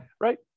Right